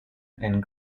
and